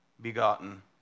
begotten